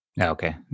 Okay